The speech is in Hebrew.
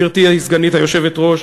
גברתי הסגנית היושבת-ראש,